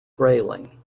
grayling